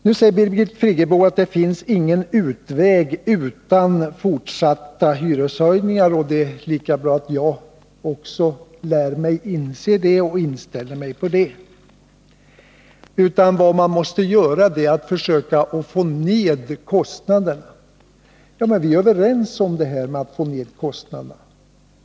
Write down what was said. Nu säger Birgit Friggebo att det inte finns någon utväg utan fortsatta hyreshöjningar och att också jag bör inställa mig på det. Vad man måste göra är att försöka få ned kostnaderna. Men vi är överens om att kostnaderna måste sänkas.